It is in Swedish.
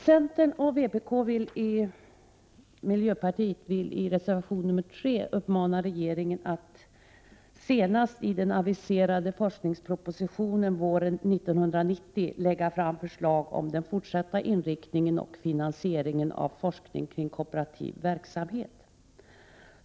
Centern och vpk vill i reservation nr 3 uppmana regeringen att senast i den aviserade forskningspropositionen våren 1990 lägga fram förslag om den fortsatta inriktningen och finansieringen av forskning kring kooperativ verksamhet.